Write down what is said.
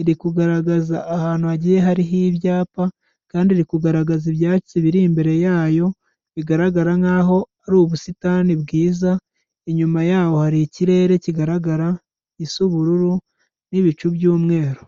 iri kugaragaza ahantu hagiye hariho ibyapa kandi iri kugaragaza ibyatsi biri imbere yayo bigaragara nkaho ari ubusitani bwiza, inyuma yaho hari ikirere kigaragara gisa ubururu n'ibicu by'umweru.